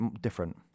different